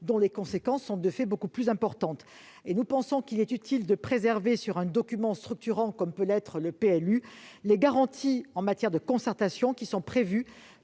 dont les conséquences sont, de fait, beaucoup plus importantes. Nous pensons qu'il est utile de préserver, dans un document structurant tel que le PLU, les garanties en matière de concertation prévues